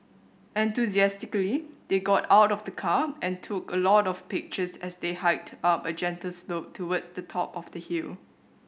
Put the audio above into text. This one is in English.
enthusiastically they got out of the car and took a lot of pictures as they hiked up a gentle slope towards the top of the hill